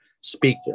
speak